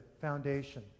foundation